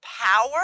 power